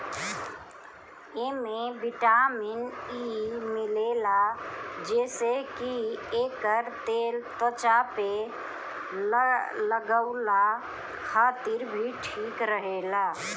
एमे vitamin E मिलेला जेसे की एकर तेल त्वचा पे लगवला खातिर भी ठीक रहेला